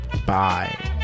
Bye